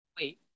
Wait